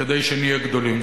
כדי "שנהיה גדולים".